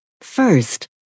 First